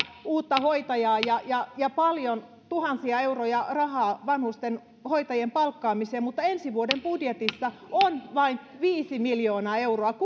uutta hoitajaa ja ja paljon tuhansia euroja rahaa vanhustenhoitajien palkkaamiseen mutta ensi vuoden budjetissa on vain viisi miljoonaa euroa